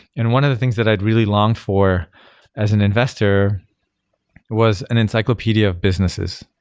and one of the things that i'd really longed for as an investor was an encyclopedia of businesses.